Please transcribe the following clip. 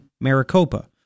Maricopa